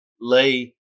lay